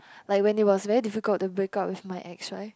like when it was very difficult to break up with my ex right